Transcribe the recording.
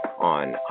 on